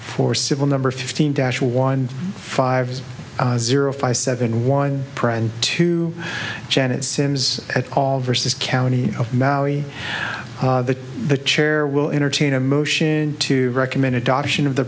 for civil number fifteen dash one five zero five seven one prend two janet sims at all versus county of maui the chair will entertain a motion to recommend adoption of the